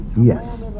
yes